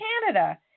Canada